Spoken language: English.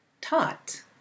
taught